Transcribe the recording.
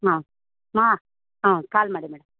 ಹಾಂ ಹಾಂ ಹಾಂ ಕಾಲ್ ಮಾಡಿ ಮೇಡಮ್